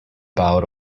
bowed